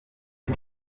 les